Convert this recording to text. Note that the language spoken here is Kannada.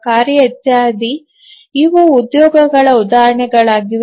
ಕಾರ್ಯ ಇತ್ಯಾದಿ ಇವು ಉದ್ಯೋಗಗಳ ಉದಾಹರಣೆಗಳಾಗಿವೆ